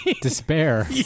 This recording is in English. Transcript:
despair